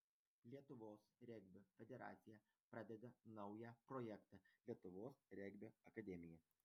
lietuvos regbio federacija pradeda naują projektą lietuvos regbio akademija